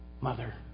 mother